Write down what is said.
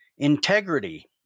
Integrity